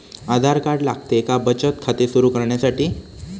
आधार card लागते का बचत खाते सुरू करण्यासाठी?